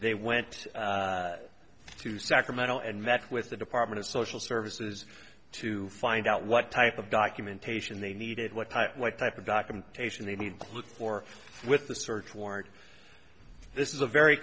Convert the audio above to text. they went to sacramento and met with the department of social services to find out what type of documentation they needed what type what type of documentation they need to look for with the search warrant this is a very